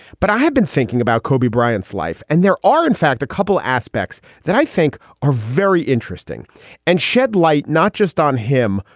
but i have been thinking about kobe bryant's life. and there are, in fact, a couple aspects that i think are very interesting and shed light not just on him,